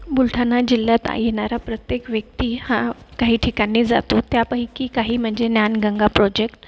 बुलढाणा जिल्ह्यात येणारा प्रत्येक व्यक्ती हा काही ठिकाणी जातो त्यापैकी काही म्हणजे ज्ञानगंगा प्रोजेक्ट